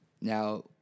Now